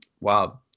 wow